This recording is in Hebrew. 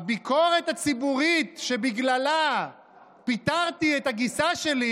הביקורת הציבורית שבגללה פיטרתי את הגיסה שלי,